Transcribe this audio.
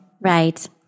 Right